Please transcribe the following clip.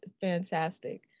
fantastic